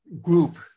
group